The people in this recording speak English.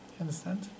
understand